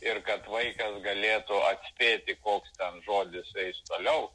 ir kad vaikas galėtų atspėti koks ten žodis eis toliau